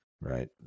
right